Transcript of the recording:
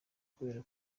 kubera